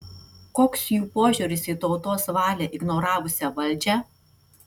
koks jų požiūris į tautos valią ignoravusią valdžią